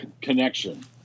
Connection